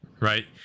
Right